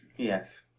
Yes